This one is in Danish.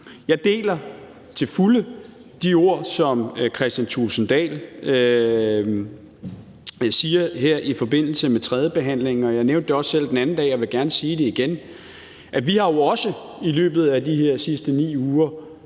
Jeg deler til fulde de ord, som Kristian Thulesen Dahl siger her i forbindelse med tredjebehandlingen, og jeg nævnte det også selv den anden dag, og jeg vil gerne sige det igen, at vi har jo også i løbet af de sidste 9 uger